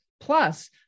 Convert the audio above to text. plus